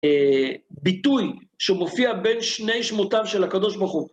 ביטוי שמופיע בין שני שמותיו של הקב"ה.